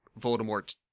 Voldemort